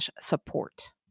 support